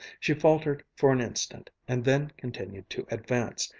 she faltered for an instant and then continued to advance,